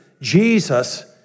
Jesus